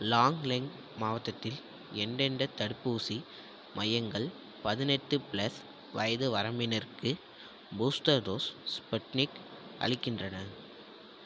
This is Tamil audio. லாங்லெங் மாவட்டத்தில் எந்தெந்த தடுப்பூசி மையங்கள் பதினெட்டு ப்ளஸ் வயது வரம்பினருக்கு பூஸ்டர் டோஸ் ஸ்புட்னிக் அளிக்கின்றன